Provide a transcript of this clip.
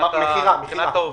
מבחינת העובדים?